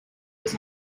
was